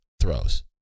throws